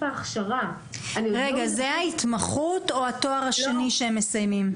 ההכשרה --- זו ההתמחות או התואר השני שהם מסיימים?